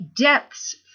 depths